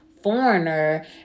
foreigner